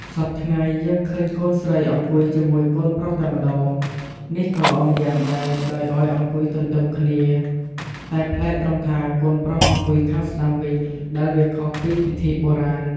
សព្វថ្ងៃ យើងឃើញកូនស្រីអង្គុយជាមួយកូនប្រុសតែម្តង នេះក៏ល្អម្យ៉ាងដែរដោយឲ្យអង្គុយទន្ទឹមគ្នា តែប្លែកត្រង់ថាកូនប្រុសអង្គុយខាងស្តាំវិញ ដែលវាខុសពីពិធីបុរាណ ។